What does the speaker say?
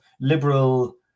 liberal